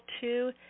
Two